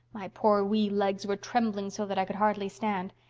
my poor wee legs were trembling so that i could hardly stand.